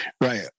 right